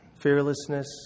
fearlessness